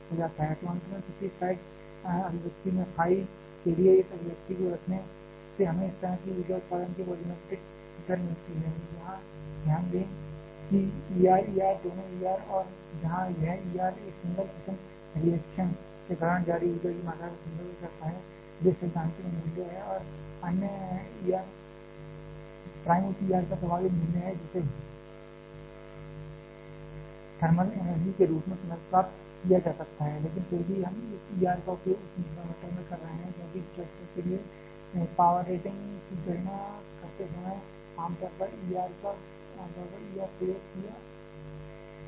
तो अंत में पिछली स्लाइड अभिव्यक्ति में फाई के लिए इस अभिव्यक्ति को रखने से हमें इस तरह की ऊर्जा उत्पादन की वॉल्यूमेट्रिक दर मिलती है यहां ध्यान दें कि E R E R दोनों E R हैं जहां यह E R एक सिंगल फिशन रिएक्शन के दौरान जारी ऊर्जा की मात्रा को संदर्भित करता है ये सैद्धांतिक मूल्य हैं और E R प्राइम उस E R का प्रभावी मूल्य है जिसे थर्मल एनर्जी के रूप में पुनर्प्राप्त किया जा सकता है लेकिन फिर भी हम इस E R का उपयोग उस डिनॉमिनेटर में कर रहे हैं क्योंकि रिएक्टर के लिए पावर रेटिंग की गणना करते समय आम तौर पर E R प्रयोग किया जाता है